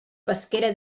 pesquera